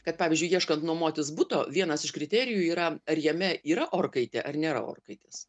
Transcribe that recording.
kad pavyzdžiui ieškant nuomotis buto vienas iš kriterijų yra ar jame yra orkaitė ar nėra orkaitės